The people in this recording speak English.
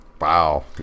Wow